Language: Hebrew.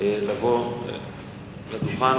לבוא לדוכן.